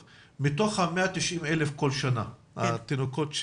כל שנה נולדים כ-190,000 תינוקות,